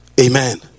Amen